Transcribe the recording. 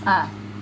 ah